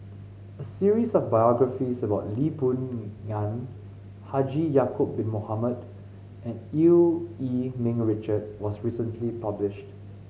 a series of biographies about Lee Boon Ngan Haji Ya'acob Bin Mohamed and Eu Yee Ming Richard was recently published